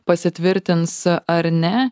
pasitvirtins ar ne